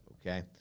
okay